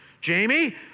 Jamie